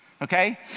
Okay